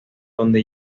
donde